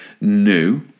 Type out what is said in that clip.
new